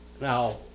now